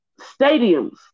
stadiums